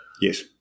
yes